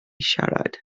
siarad